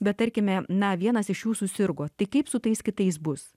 bet tarkime na vienas iš jų susirgo tik kaip su tais kitais bus